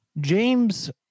James